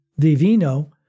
Vivino